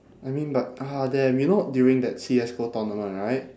I mean but ah damn you know during that CSGO tournament right